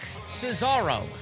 Cesaro